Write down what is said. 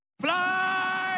Fly